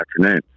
afternoon